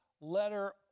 letter